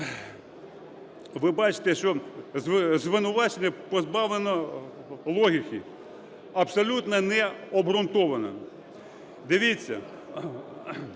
Ви бачите, що звинувачення позбавлено логіки, абсолютно не необґрунтовано. Дивіться,